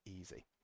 easy